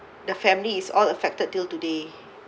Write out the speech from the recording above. the family is all affected till today